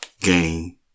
Gain